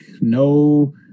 no